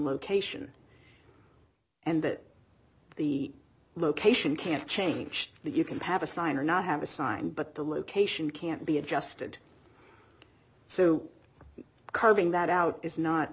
location and that the location can't changed that you can pass a sign or not have a sign but the location can't be adjusted so carving that out is not